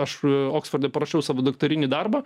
aš oksforde parašiau savo daktarinį darbą